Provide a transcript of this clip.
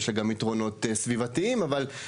יש לה גם יתרונות סביבתיים אבל בראש